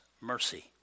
mercy